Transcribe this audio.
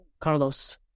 Carlos